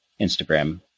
Instagram